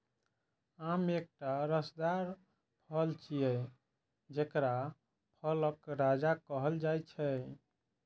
आम एकटा रसदार फल छियै, जेकरा फलक राजा कहल जाइ छै